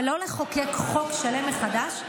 ולא לחוקק חוק שלם מחדש,